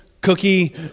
cookie